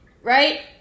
right